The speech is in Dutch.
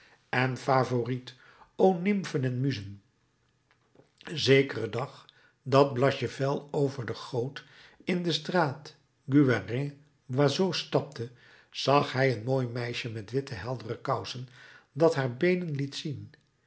en favourite o nimfen en muzen zekeren dag dat blachevelle over de goot in de straat guérin boisseau stapte zag hij een mooi meisje met witte heldere kousen dat haar beenen liet zien